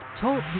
Talk